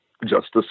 Justice